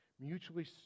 mutually